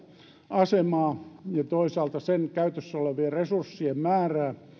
asemaa ja toisaalta sen käytössä olevien resurssien määrää